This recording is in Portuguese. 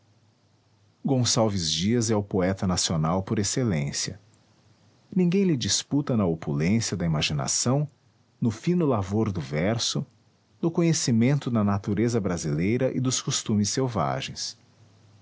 gonçalves dias é o poeta nacional por excelência ninguém lhe disputa na opulência da imaginação no fino lavor do verso no conhecimento da natureza brasileira e dos costumes selvagens